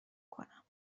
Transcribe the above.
کنم